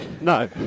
No